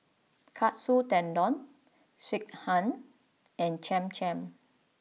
Katsu Tendon Sekihan and Cham Cham